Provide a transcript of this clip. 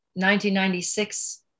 1996